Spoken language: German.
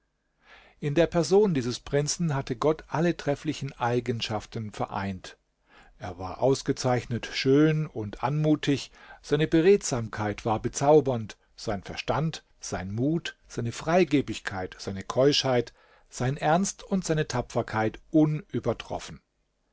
in der person dieses prinzen hatte gott alle trefflichen eigenschaften vereint er war ausgezeichnet schön und anmutig seine beredsamkeit war bezaubernd sein verstand sein mut seine freigebigkeit seine keuschheit sein ernst und seine tapferkeit unübertroffen